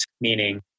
meaning